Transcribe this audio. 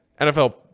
NFL